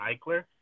Eichler